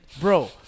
Bro